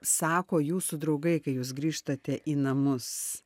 sako jūsų draugai kai jūs grįžtate į namus